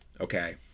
okay